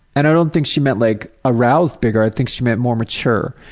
and i don't think she meant like aroused bigger, i think she meant more mature.